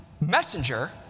messenger